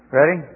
Ready